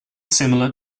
similar